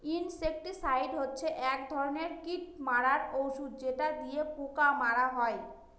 insecticide হচ্ছে এক ধরনের কীট মারার ঔষধ যেটা দিয়ে পোকা মারা হয়